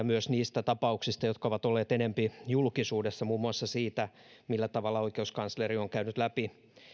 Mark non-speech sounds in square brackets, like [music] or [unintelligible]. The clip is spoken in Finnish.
[unintelligible] myös niistä tapauksista jotka ovat olleet enempi julkisuudessa muun muassa siitä millä tavalla oikeuskansleri on käynyt läpi